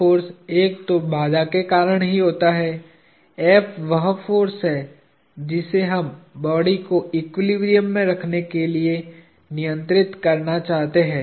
force एक तो बाधा के कारण ही होता है वह फोर्स है जिसे हम बॉडी को एक्विलिब्रियम में रखने के लिए नियंत्रित करना चाहते हैं